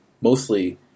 mostly